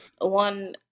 one